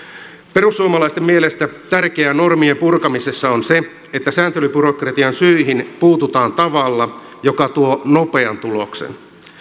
perussuomalaisten mielestä tärkeää normien purkamisessa on se että sääntelybyrokratian syihin puututaan tavalla joka tuo nopean tuloksen